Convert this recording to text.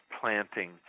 planting